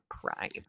Prime